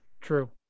true